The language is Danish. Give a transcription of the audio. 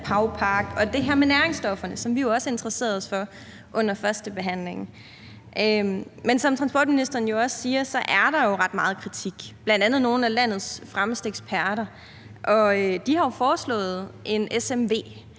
og det her med næringsstofferne, som vi jo også interesserede os for under førstebehandlingen. Men som transportministeren også siger, er der jo ret meget kritik, bl.a. fra nogle af landets fremmeste eksperter. De har jo foreslået en SMV,